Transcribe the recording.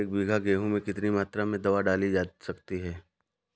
एक बीघा गेहूँ में कितनी मात्रा में दवा डाली जा सकती है?